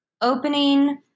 Opening